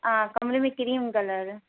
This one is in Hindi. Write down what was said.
कमरे में किरीम कलर